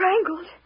Strangled